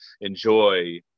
enjoy